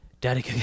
daddy